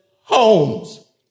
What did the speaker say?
homes